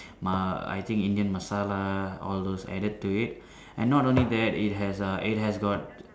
ma~ I think Indian Masala all those added to it and not only that it has err it has got